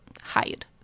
hide